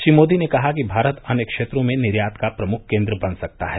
श्री मोदी ने कहा कि भारत अन्य क्षेत्रों में निर्यात का प्रमुख केन्द्र बन सकता है